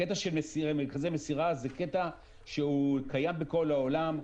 הקטע של מרכזי מסירה הוא קטע שקיים בכל העולם,